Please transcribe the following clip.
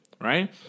right